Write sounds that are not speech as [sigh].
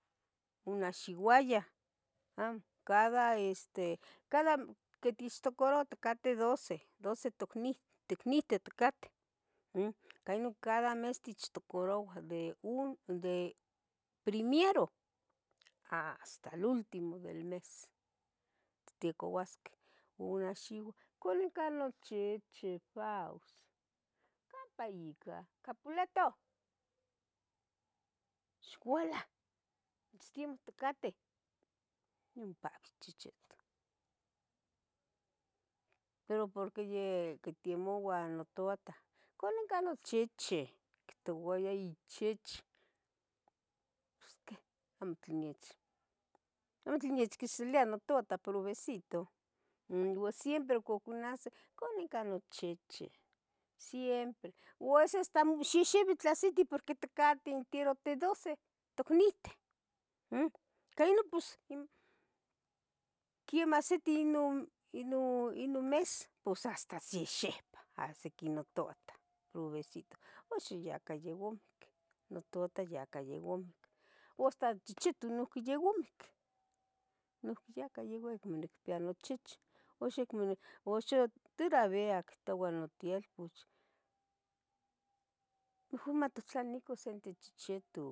Onaxiuayah amo, cada este cada que tichtocaroua ticateh doce tocn ticniteh ticateh mm cainon cada mes techtocaroua de un de primiero hasta el último del mes ticouasqueh una xiua Cuali nochichibaus campa ica capuleto ixualau mitstemohticateh mpaqui in chicichitu, pero porque yeh quitemouah nototah ¿cuali cah no chichi? octouaya ichichih posqueh amo tlen nits, amo tlenitzquisilia nototah probecito, uan n siempre ocon conahsi canih cah nochichih siempre u veces hasta amo xixibi tla sinti porquit cariteroti tedoce tocnihte mm cainon pos [hesitation] quimahsitiu non inon inon mes pos hasta xixihpan ahsiqui nototah provecito axiyahca yeh omic nototah yaca yeh omic u hasta chichitu yeh omic, noiuqui yam cah yeh acmo nicpia nochichih uxa oc toravia ictoua notielpoch, mejor mattlanico se intochichi tot-